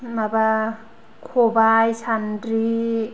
माबा खबाय सानद्रि